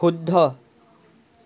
শুদ্ধ